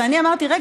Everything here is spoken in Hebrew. ואני אמרתי: רגע,